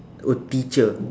oh teacher